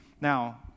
now